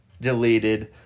deleted